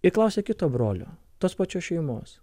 ir klausia kito brolio tos pačios šeimos